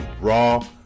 Raw